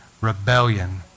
rebellion